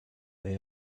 they